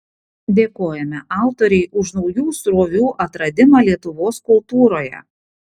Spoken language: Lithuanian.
dėkojame autorei už naujų srovių atradimą lietuvos kultūroje